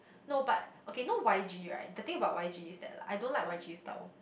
no but okay know Y_G right the thing about Y_G is that lah I don't like Y_G style